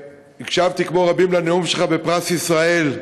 שהקשבתי כמו רבים לנאום שלך בפרס ישראל.